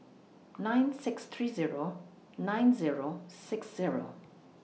nine six three Zero nine Zero six Zero